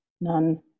none